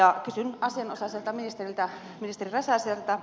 kysyn asianosaiselta ministeriltä ministeri räsäseltä